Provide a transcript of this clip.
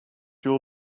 your